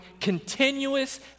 continuous